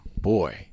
Boy